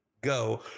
Go